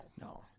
No